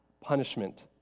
punishment